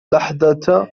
لحظة